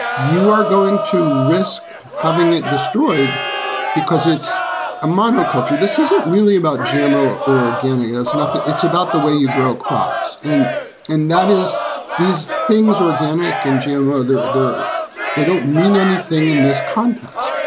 you are going to risk having it destroyed because it's a monoculture. this isn't really about gmo or organic, and it's not that it's about the way you grow crops in and that is these things organic and gmo there. they don't mean anything in this context.